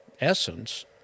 essence